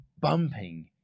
bumping